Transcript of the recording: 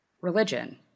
religion